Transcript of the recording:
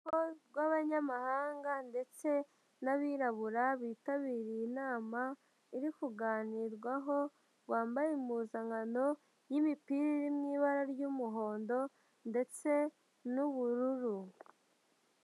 Urubyiruko rw'abanyamahanga ndetse n'abirabura bitabiriye inama, iri kuganirwaho bambaye impuzankano y'imipira iri mu ibara ry'umuhondo ndetse n'ubururu.